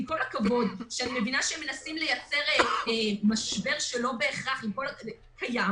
עם כל הכבוד שאני מבינה שמנסים לייצר משבר שלא בהכרח קיים,